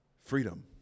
freedom